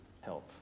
help